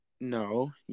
No